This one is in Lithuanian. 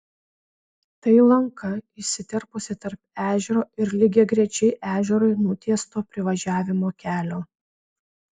tai lanka įsiterpusi tarp ežero ir lygiagrečiai ežerui nutiesto privažiavimo kelio